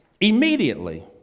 immediately